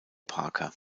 parker